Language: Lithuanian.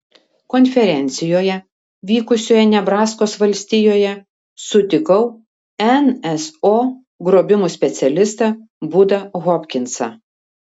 konferencijoje vykusioje nebraskos valstijoje sutikau nso grobimų specialistą budą hopkinsą